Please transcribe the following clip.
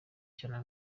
cyane